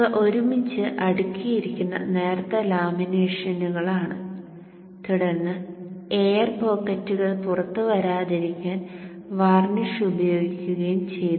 ഇവ ഒരുമിച്ച് അടുക്കിയിരിക്കുന്ന നേർത്ത ലാമിനേഷനുകളാണ് തുടർന്ന് എയർ പോക്കറ്റുകൾ പുറത്തുവരാതിരിക്കാൻ വാർണിഷ് പ്രയോഗിക്കുകയും ചെയ്തു